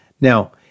Now